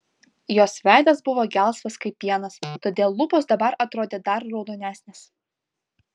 jos veidas buvo gelsvas kaip pienas todėl lūpos dabar atrodė dar raudonesnės